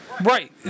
Right